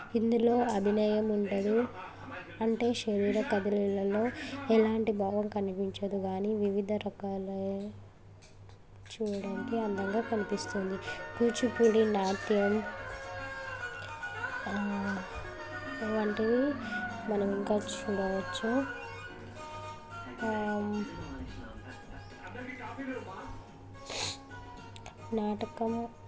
ఇందులో అభినయం ఉండదు అంటే శరీర కదలిలల్లో ఎలాంటి భావం కనిపించదు గానీ వివిధ రకాల చూడడానికి అందంగా కనిపిస్తుంది కూచిపూడి నాట్యం వంటివి మనం ఇంకా చూడవచ్చు నాటకం